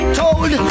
told